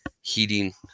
heating